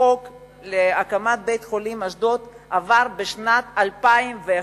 החוק להקמת בית-החולים באשדוד עבר בשנת 2001,